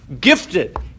gifted